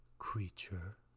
creature